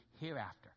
hereafter